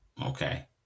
Okay